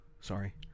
Sorry